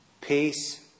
Peace